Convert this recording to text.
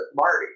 Marty